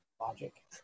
logic